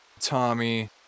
Tommy